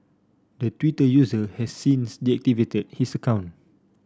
the Twitter user has since deactivated his account